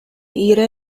eiriau